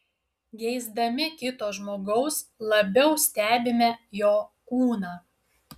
geisdami kito žmogaus labiau stebime jo kūną